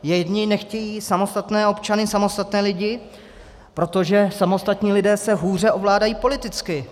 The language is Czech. Jedni nechtějí samostatné občany, samostatné lidi, protože samostatní lidé se hůře ovládají politicky.